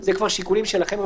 אלה כבר שיקולים שלכם,